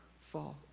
fall